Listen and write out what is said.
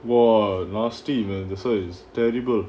were nasty lah